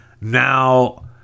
Now